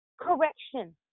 correction